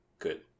good